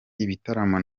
ibitaramo